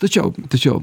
tačiau tačiau